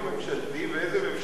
ואיזו ממשלה הביאה אותו?